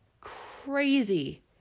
crazy